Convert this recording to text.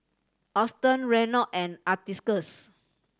Auston Reynold and Atticus